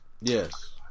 Yes